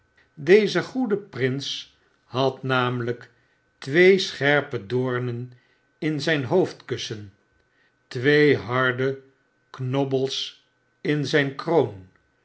deze goede prins had namelp twee scherpe doornen in zp hoofdkussen twee hardeknobbels in zp kroon